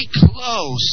close